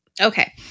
Okay